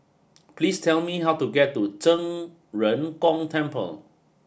please tell me how to get to Zhen Ren Gong Temple